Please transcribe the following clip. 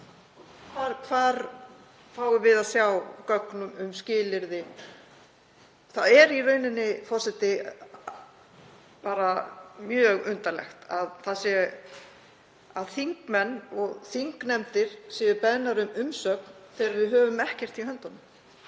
Hvar fáum við að sjá gögn um skilyrði? Það er í rauninni, forseti, mjög undarlegt að þingmenn og þingnefndir séu beðnar um umsögn þegar við höfum ekkert í höndunum